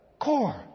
core